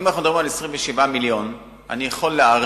אם אנחנו מדברים על 27 מיליון, אני יכול להעריך